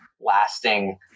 lasting